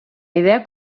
idea